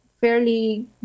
fairly